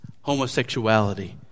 Homosexuality